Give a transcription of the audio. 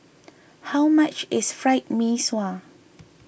how much is Fried Mee Sua